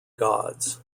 gods